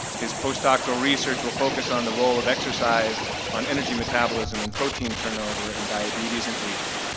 his postdoctoral research will focus on the role of exercise on energy metabolism and protein turnover in diabetes and aging.